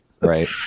Right